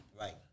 right